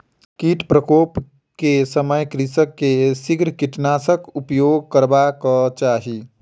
कीट प्रकोप के समय कृषक के शीघ्र कीटनाशकक उपयोग करबाक चाही